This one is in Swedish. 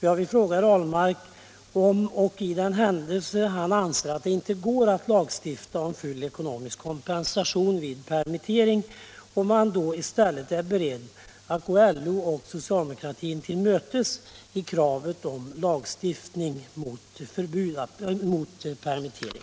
Jag vill fråga herr Ahlmark om han, för den händelse att han anser att det inte går att lagstifta om full ekonomisk kompensation vid permittering, i stället är beredd att gå LO och socialdemokratin till mötes i deras krav på lagstiftning om förbud mot permittering.